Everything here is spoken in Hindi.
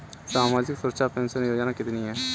सामाजिक सुरक्षा पेंशन योजना कितनी हैं?